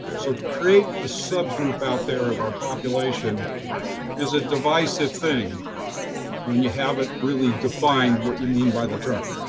so create a subgroup out there of our population is a devicive thing when you haven't really defined what you mean by the term.